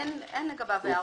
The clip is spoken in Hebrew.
אין לגביו הערות.